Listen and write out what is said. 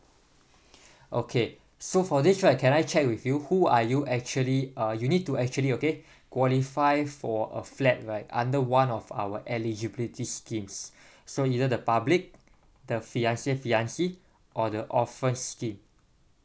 okay so for this right can I check with you who are you actually uh you need to actually okay qualify for a flat right under one of our eligibility schemes so either the public the fiancé fiancée or the orphans scheme